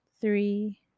three